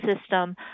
system